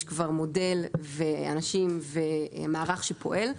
יש כבר מודל ואנשים, ומערך שפועל.